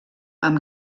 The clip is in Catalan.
amb